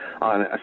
on